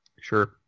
sure